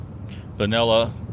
vanilla